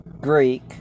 Greek